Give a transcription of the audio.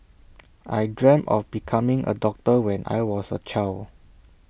I dreamt of becoming A doctor when I was A child